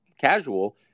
casual